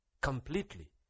completely